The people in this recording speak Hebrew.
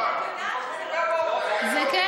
את יודעת שזה לא נכון.